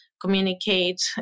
communicate